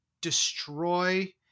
destroy